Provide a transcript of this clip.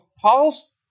Paul's